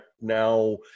now